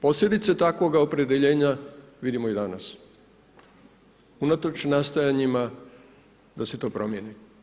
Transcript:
Posljedice takvoga opredjeljenja vidimo i danas unatoč nastojanjima da se to promijeni.